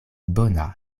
bona